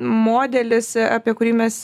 modelis apie kurį mes